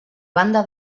banda